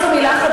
את מי את רוצה,